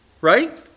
right